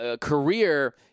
career